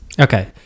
Okay